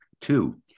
two